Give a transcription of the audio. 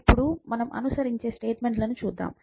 ఇప్పుడు మనం అనుసరించే స్టేట్మెంట్ లను చూద్దాం